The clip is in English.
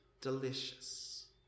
delicious